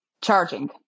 charging